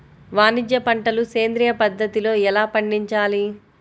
వాణిజ్య పంటలు సేంద్రియ పద్ధతిలో ఎలా పండించాలి?